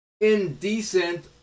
indecent